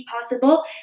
possible